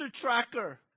tracker